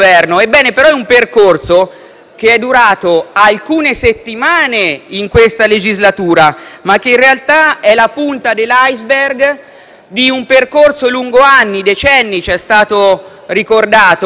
è durato alcune settimane in questa legislatura, ma in realtà è la punta dell'*iceberg* di un percorso lungo anni, decenni, come ci è stato ricordato, fatto